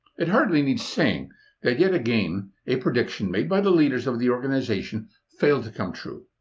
it hardly needs saying that yet again a prediction made by the leaders of the organization failed to come true.